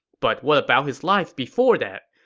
but what about his life before that?